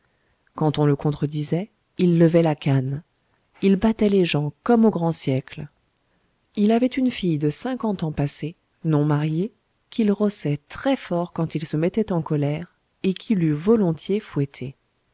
quand on le contredisait il levait la canne il battait les gens comme au grand siècle il avait une fille de cinquante ans passés non mariée qu'il rossait très fort quand il se mettait en colère et qu'il eût volontiers fouettée